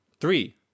Three